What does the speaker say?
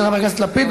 של חבר הכנסת לפיד,